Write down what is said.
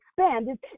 expanded